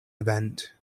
event